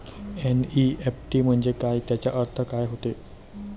NEFT म्हंजे काय, त्याचा अर्थ काय होते?